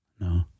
No